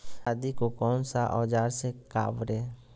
आदि को कौन सा औजार से काबरे?